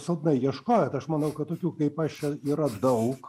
silpnai ieškojot aš manau kad tokių kaip aš čia yra daug